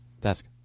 desk